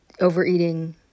overeating